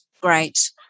Great